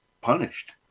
punished